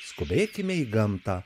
skubėkime į gamtą